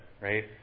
right